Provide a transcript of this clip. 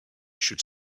should